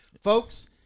Folks